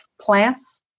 plants